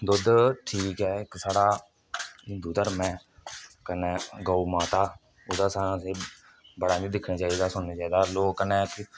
दुद्ध ठीक ऐ कि साढ़ा हिन्दु घर्म ऐ कन्नै गौ माता ओहदा सानूं असेंगी बड़ा किश दिक्खना चाहिदा सुनना चाहिदा लोकें कन्नै